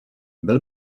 bych